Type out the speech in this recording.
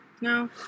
No